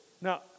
Now